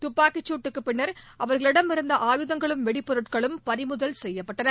தப்பாக்கிச்சூட்டுக்கு பின்னர் அவர்கிளிடமிருந்த ஆயுதங்களும் வெடிபொருட்களும் பறிமுதல் செய்ய்ப்பட்டன